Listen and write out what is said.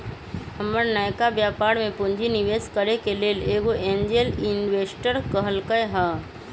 हमर नयका व्यापर में पूंजी निवेश करेके लेल एगो एंजेल इंवेस्टर कहलकै ह